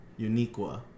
Uniqua